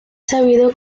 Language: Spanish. sabido